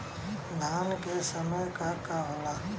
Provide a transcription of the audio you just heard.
धान के समय का का होला?